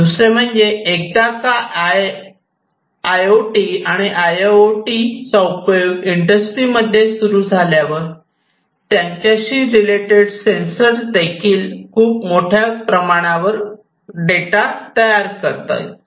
दुसरे म्हणजे एकदा का आय ओ टी आणि आय आय ओ टी चा उपयोग इंडस्ट्रीमध्ये सुरू झाल्यावर त्यांच्याशी डिलीटेड सेन्सर्स देखील खूप मोठ्या प्रमाणावर डेटा तयार करतील